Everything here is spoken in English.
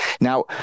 Now